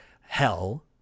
hell